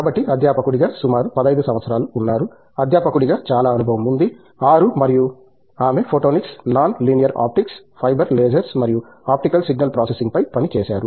కాబట్టి అధ్యాపకుడిగా సుమారు 15 సంవత్సరాలు ఉన్నారు అధ్యాపకుడిగా చాలా అనుభవం ఉంది 6 మరియు ఆమె photonics non linear optics fibre lasers మరియు ఆప్టికల్ సిగ్నల్ ప్రాసెసింగ్పై పనిచేసారు